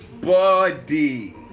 body